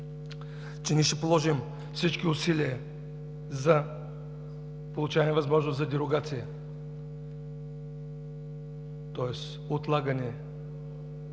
Ще положим всички усилия за получаване възможност за дерогация, тоест отлагане